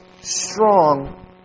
strong